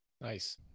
Nice